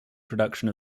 production